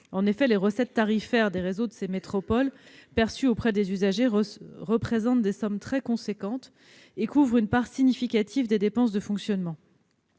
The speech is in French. En effet, les recettes tarifaires des réseaux de ces métropoles, perçues auprès des usagers, représentent des sommes très importantes et couvrent une part significative des dépenses de fonctionnement.